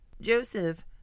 Joseph